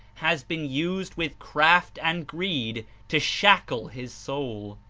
has been used with craft and greed to shackle his soul.